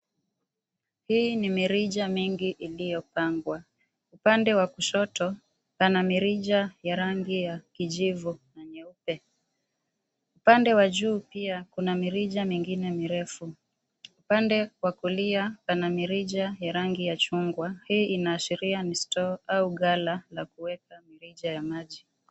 hii ni mirija mengi iliyopangwa. Upande wa kushoto pana mirija ya rangi ya kijivu na nyeupe. Upande wa juu pia kuna mirija mengine mirefu, upande wa kulia pana mirija ya rangi ya chungwa, hii inaashiria ni store au gala la kuweka mirija ya maji.